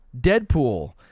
Deadpool